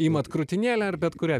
imat krūtinėlę ar bet kurią